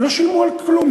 לא שילמו על כלום.